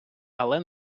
але